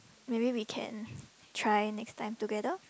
maybe we can try next time together